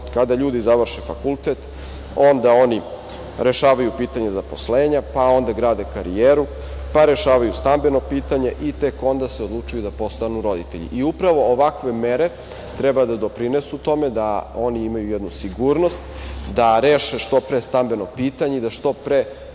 Kada ljudi završe fakultet, onda oni rešavaju pitanje zaposlenja, pa onda grade karijeru, pa rešavaju stambeno pitanje i tek onda se odlučuju da postanu roditelji. Upravo ovakve mere treba da doprinesu tome da oni imaju jednu sigurnost, da reše što pre stambeno pitanje i da što pre donesu